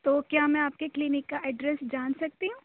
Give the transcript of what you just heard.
تو کیا میں آپ کے کلینک کا ایڈریس جان سکتی ہوں